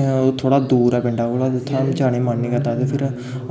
ओह् थोह्ड़ा दूर ऐ पिंडै कोला जित्थै हून जाने गी मन निं करदा ते फिर